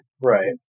Right